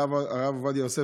הרב עובדיה יוסף,